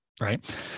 right